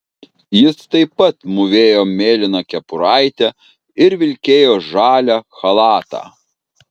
jis taip pat mūvėjo mėlyną kepuraitę ir vilkėjo žalią chalatą